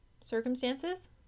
circumstances